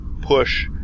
push